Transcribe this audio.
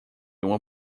uma